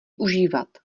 užívat